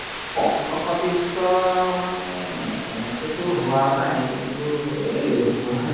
পক্ষপাতিত্ব মানে তেনেকেতো হোৱা নাই কিন্তু এই